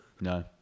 No